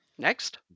Next